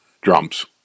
drums